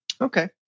Okay